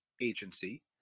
agency